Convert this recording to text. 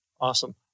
Awesome